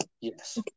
Yes